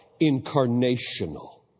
incarnational